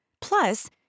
Plus